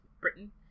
Britain